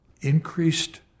Increased